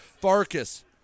Farkas